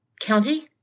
county